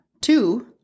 Two